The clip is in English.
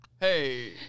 Hey